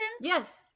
Yes